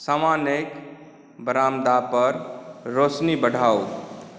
सामनेक बरामदा पर रोशनी बढ़ाउ